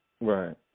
Right